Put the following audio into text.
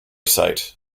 site